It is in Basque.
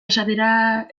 esatera